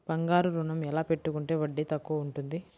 బంగారు ఋణం ఎలా పెట్టుకుంటే వడ్డీ తక్కువ ఉంటుంది?